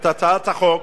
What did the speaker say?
את הצעת החוק,